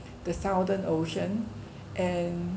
the southern ocean and